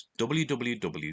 WWW